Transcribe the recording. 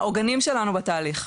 העוגנים שלנו בתהליך.